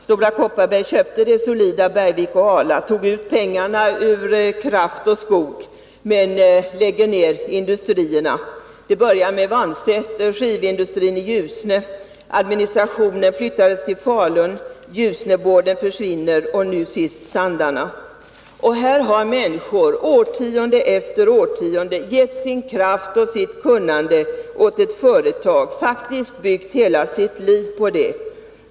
Stora Kopparberg köpte det solida Bergvik och Ala, tog ut pengarna ur kraft och skog men lägger ner industrierna. Det började med Vansäter, och sedan skivindustrin i Ljusne. Administrationen flyttades till Falun; Ljusneboarden försvinner. Nu senast är det fråga om Sandarne. Här har människor årtionde efter årtionde gett sin kraft och sitt kunnande åt ett företag — faktiskt byggt hela sitt liv på det.